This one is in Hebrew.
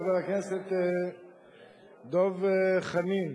חבר הכנסת דב חנין,